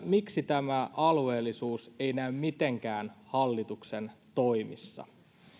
miksi tämä alueellisuus ei näy mitenkään hallituksen toimissa